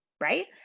right